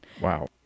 wow